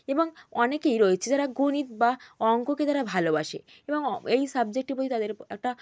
এবং অনেকেই রয়েছে যারা গণিত বা অঙ্ককে তারা ভালোবাসে এবং এই সাবজেক্টের প্রতি তাদের একটা